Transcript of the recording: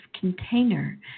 container